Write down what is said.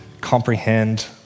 comprehend